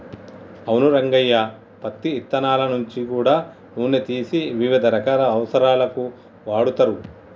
అవును రంగయ్య పత్తి ఇత్తనాల నుంచి గూడా నూనె తీసి వివిధ రకాల అవసరాలకు వాడుతరు